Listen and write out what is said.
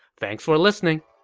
thanks for listening!